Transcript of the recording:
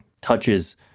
touches